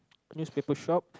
newspaper shop